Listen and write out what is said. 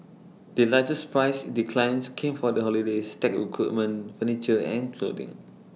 the largest price declines came for holidays tech equipment furniture and clothing